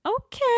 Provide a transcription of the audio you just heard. okay